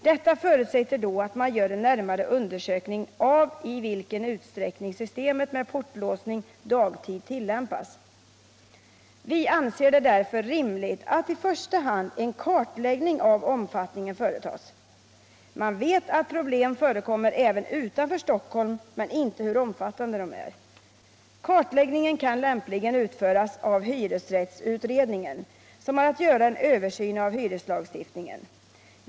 Detta förutsätter då att man gör en närmare undersökning av i vilken utsträckning systemet med portlåsning dagtid tillämpas. Vi anser det därför rimligt att i första hand en kartläggning av omfattningen företas. Man vet att problem förekommer även utanför Stockholm men inte hur omfattande de är. Kartläggningen kan lämpligen utföras av hyresrättsutredningen som har att göra en översyn av hyreslagstiftningen.